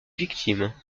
victime